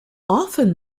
often